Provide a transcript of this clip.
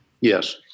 Yes